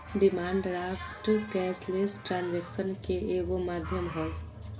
demand draft cashless ट्रांजेक्शनन के एगो माध्यम हइ